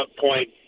point